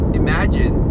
imagine